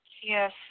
Yes